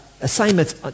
assignments